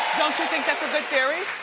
you think that a good theory.